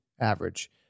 average